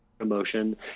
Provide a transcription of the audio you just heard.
emotion